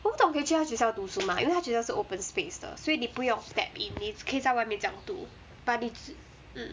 我不懂可以去她的学校读书 mah 因为她学校是 open space 的所以你不用 step in 你可以在外面这样读 but 你就是 mm